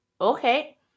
Okay